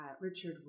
Richard